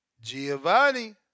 Giovanni